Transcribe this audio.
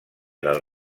del